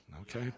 okay